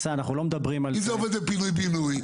אם זה עובד בפינוי בינוי,